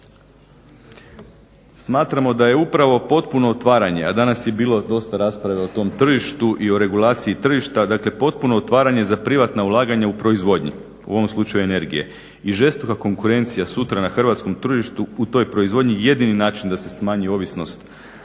Smatramo da je upravo potpuno otvaranje, a danas je bilo dosta rasprave o tom tržištu i o regulaciji tržišta, dakle potpuno otvaranje za privatna ulaganja u proizvodnji, u ovom slučaju energije i žestoka konkurencija sutra na hrvatskom tržištu u toj proizvodnji je jedini način da se smanji ovisnost